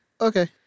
Okay